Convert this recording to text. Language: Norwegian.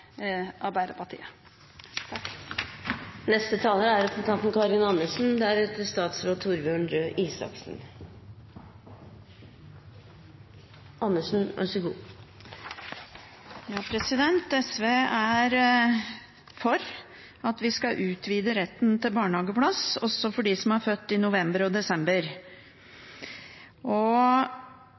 Arbeidarpartiet. SV er for at vi skal utvide retten til barnehageplass også for dem som er født i november og desember.